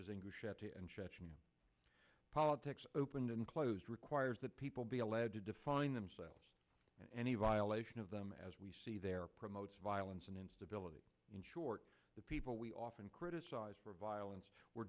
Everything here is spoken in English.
and chechen politics opened and closed requires that people be allowed to define themselves any violation of them as we see there promotes violence and instability in short the people we often criticised for violence were